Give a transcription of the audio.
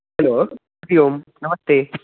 hello Hari Om नमस्ते